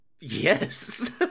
Yes